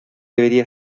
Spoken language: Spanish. debería